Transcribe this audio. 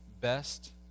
best